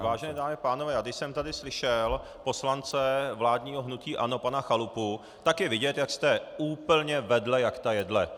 Vážené dámy a pánové, když jsem tady slyšel poslance vládního hnutí ANO pana Chalupu, tak je vidět, jak jste úplně vedle jak ta jedle.